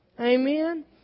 Amen